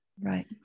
Right